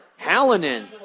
Hallinan